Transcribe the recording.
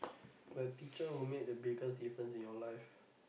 the teacher who make the biggest difference in your life